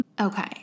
okay